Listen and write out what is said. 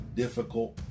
difficult